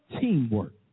teamwork